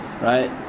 Right